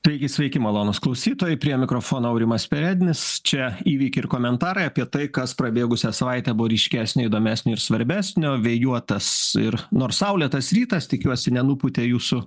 taigi sveiki malonūs klausytojai prie mikrofono aurimas perednis čia įvykiai ir komentarai apie tai kas prabėgusią savaitę buvo ryškesnio įdomesnio ir svarbesnio vėjuotas ir nors saulėtas rytas tikiuosi nenupūtė jūsų